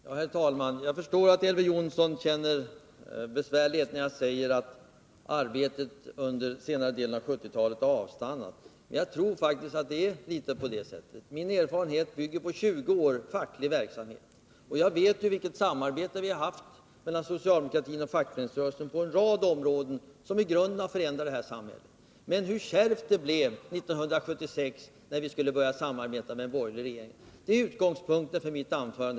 Herr talman! Jag förstår att Elver Jonsson känner sig besvärad när jag säger att arbetet under den senare delen av 1970-talet har avstannat. Men jag tror faktiskt att det förhåller sig på det sättet. Min erfarenhet bygger på 20 års facklig verksamhet. Jag vet vilket samarbete som har funnits mellan socialdemokratin och fackföreningsrörelsen på en rad områden, ett samarbete som i grunden har förändrat det här samhället. Men jag vet också hur kärvt det blev 1976, när vi skulle börja samarbeta med en borgerlig regering. Detta har, herr talman, varit utgångspunkten för mitt anförande.